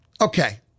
okay